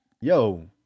yo